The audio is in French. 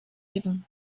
unis